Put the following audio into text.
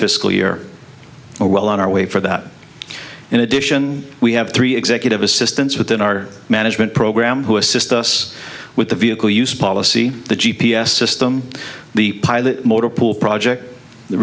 fiscal year are well on our way for that in addition we have three executive assistants within our management program who assist us with the vehicle use policy the g p s system the pilot motor pool project the